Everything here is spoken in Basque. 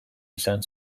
izan